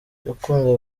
ukunda